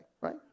right